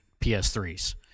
PS3s